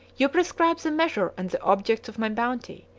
you prescribe the measure and the objects of my bounty,